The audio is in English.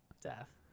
Death